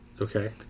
Okay